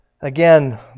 Again